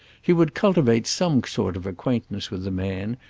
he would cultivate some sort of acquaintance with the man,